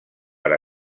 per